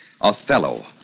Othello